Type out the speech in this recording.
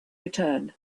return